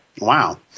Wow